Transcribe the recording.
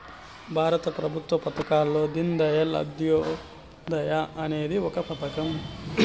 భారత ప్రభుత్వ పథకాల్లో దీన్ దయాళ్ అంత్యోదయ అనేది ఒక పథకం